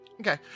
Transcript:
Okay